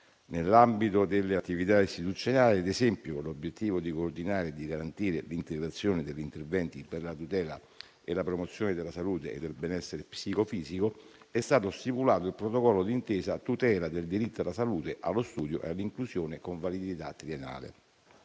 Nell'ambito delle attività istituzionali, ad esempio, con l'obiettivo di coordinare e di garantire l'integrazione degli interventi per la tutela e la promozione della salute e del benessere psicofisico, è stato stipulato il protocollo d'intesa a tutela del diritto alla salute, allo studio e all'inclusione, con validità triennale.